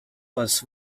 was